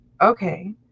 okay